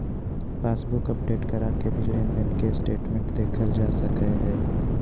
passbook update करा के भी लेनदेन के स्टेटमेंट देखल जा सकय हय